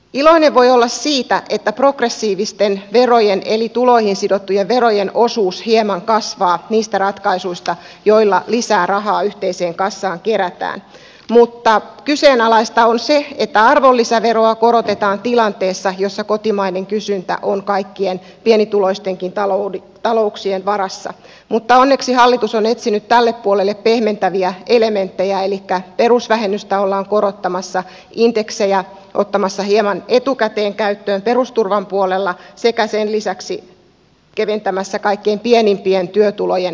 iloinen voi olla siitä että progressiivisten verojen eli tuloihin sidottujen verojen osuus hieman kasvaa niistä ratkaisuista joilla kerätään lisää rahaa yhteiseen kassaan mutta kyseenalaista on että arvonlisäveroa korotetaan tilanteessa jossa kotimainen kysyntä on kaikkien pienituloistenkin talouksien varassa mutta onneksi hallitus on etsinyt tälle puolelle pehmentäviä elementtejä elikkä perusvähennystä ollaan korottamassa indeksejä ottamassa hieman etukäteen käyttöön perusturvan puolella sekä sen lisäksi keventämässä kaikkein pienimpien työtulojen verotusta